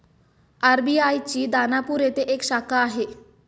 RBI ची दानापूर येथे एक शाखा आहे